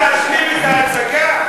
להשלים את ההצגה.